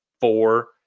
four